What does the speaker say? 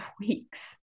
weeks